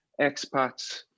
expats